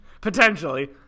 potentially